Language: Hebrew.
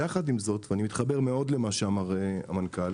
עם זאת, ואני מתחבר מאוד למה שאמר המנכ"ל,